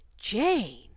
Jane